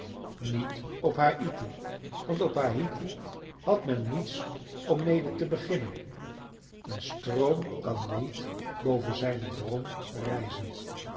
niet op haïti want op haïti had men niets om mede te beginnen een stroom kan niet boven zijne bron rijzen